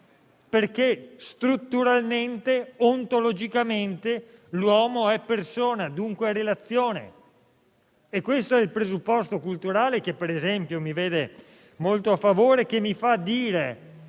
perché strutturalmente, ontologicamente l'uomo è persona, dunque è relazione. Questo presupposto culturale mi vede molto favorevole e mi fa dire